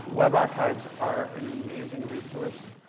web archives are an amazing resource